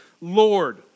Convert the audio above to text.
Lord